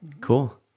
Cool